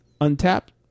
Untapped